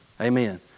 Amen